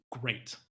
great